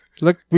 Look